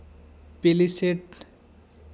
ᱯᱮᱞᱤᱥᱮᱯᱷ